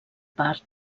part